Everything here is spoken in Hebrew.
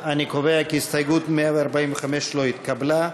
אני קובע כי הסתייגות 145 לא התקבלה.